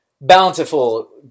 bountiful